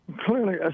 clearly